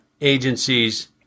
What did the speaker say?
agencies